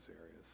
areas